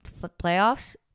playoffs